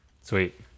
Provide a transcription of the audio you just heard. sweet